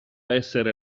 essere